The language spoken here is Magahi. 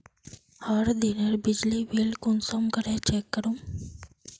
हर दिनेर बिजली बिल कुंसम करे चेक करूम?